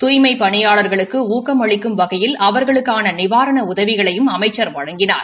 துய்மைப் பணியாளர்களுக்கு ஊக்கம் அளிக்கும் வகையில் அவர்களுக்கான நிவாரண உதவிகளையும் அமைச்சர் வழங்கினார்